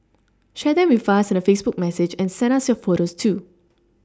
share them with us in a Facebook message and send us your photos too